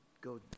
go